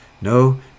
No